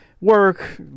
work